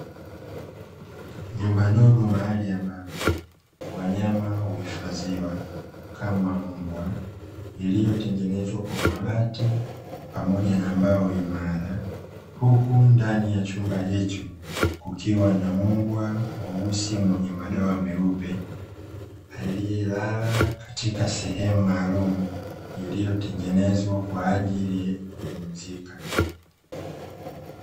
Nyumba ndogo mahali ambapo wanyama wahifadhiwa kama mbwa, iliyotengenezwa kwa mabati pamoja na mbao imara; huku ndani ya chumba hicho kukiwa na mbwa mweusi mwenye madowa meupe aliyelala katika sehemu maalumu iliyotengenezwa kwa ajili ya kupumzika.